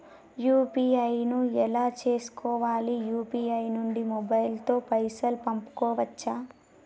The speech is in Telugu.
యూ.పీ.ఐ ను ఎలా చేస్కోవాలి యూ.పీ.ఐ నుండి మొబైల్ తో పైసల్ పంపుకోవచ్చా?